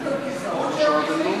יש גם כיסאות בפנים?